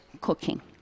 cooking